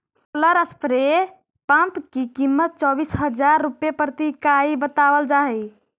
solar spray pump की कीमत चौबीस हज़ार रुपए प्रति इकाई बतावल जा हई